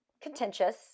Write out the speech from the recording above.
contentious